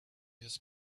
his